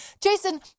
Jason